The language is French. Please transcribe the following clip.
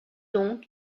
donc